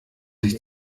sich